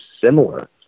similar